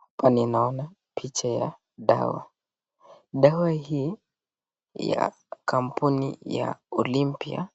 Hapa ninaona picha ya dawa. Dawa hii ya kampuni ya Olympia